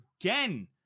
again